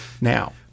Now